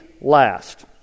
last